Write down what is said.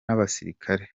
abasirikare